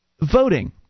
voting